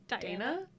Dana